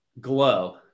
Glow